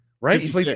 Right